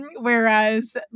whereas